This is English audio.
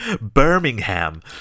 Birmingham